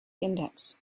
index